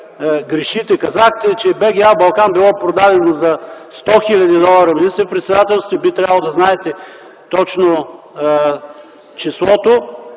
грешите, казахте, че БГА „Балкан” било продадено за 100 хил. долара. Министър-председател сте, би трябвало да знаете точно числото,